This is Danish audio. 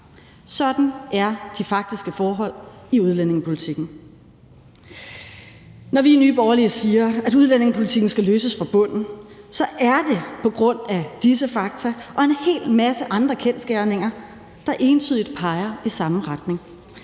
Sådan er de faktiske forhold i udlændingepolitikken. Når vi i Nye Borgerlige siger, at udlændingepolitikken skal løses fra bunden, er det på grund af disse fakta og en hel masse andre kendsgerninger, der entydigt peger i samme retning